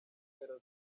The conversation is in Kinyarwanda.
mpera